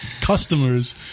customers